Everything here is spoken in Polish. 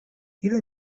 ile